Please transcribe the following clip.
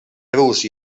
rus